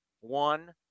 one